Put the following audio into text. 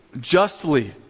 justly